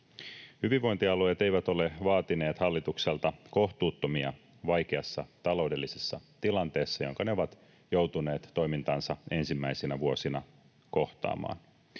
Hyvinvointialueet eivät ole vaatineet hallitukselta kohtuuttomia vaikeassa taloudellisessa tilanteessa, jonka ne ovat joutuneet toimintansa ensimmäisinä vuosina kohtaamaan.